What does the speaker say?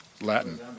Latin